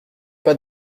pas